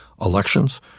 elections